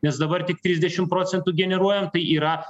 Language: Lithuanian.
nes dabar tik trisdešim procentų generuojam tai yra